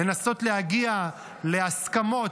לנסות להגיע להסכמות,